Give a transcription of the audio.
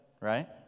right